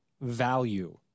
value